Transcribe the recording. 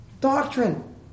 doctrine